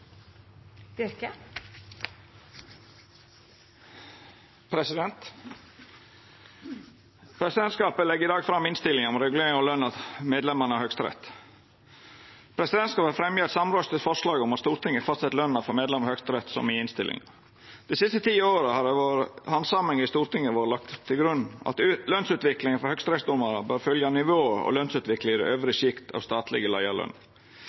Presidentskapet legg i dag fram innstilling om regulering av løna for medlemene av Høgsterett. Presidentskapet fremjar eit samrøystes forslag om at Stortinget fastset løna for medlemer av Høgsterett som i innstillinga. Dei siste ti åra har det ved handsaminga i Stortinget vore lagt til grunn at lønsutviklinga for høgsterettsdomarar bør følgja nivået og lønsutviklinga i det øvre sjiktet av statlege